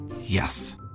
Yes